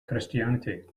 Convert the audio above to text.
christianity